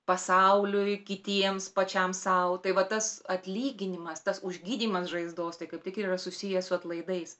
pasauliui kitiems pačiam sau tai va tas atlyginimas tas užgydymas žaizdos tai kaip tik yra susiję su atlaidais